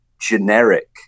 generic